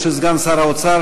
בשל היעדרות של סגן שר האוצר,